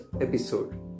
episode